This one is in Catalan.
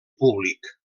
públic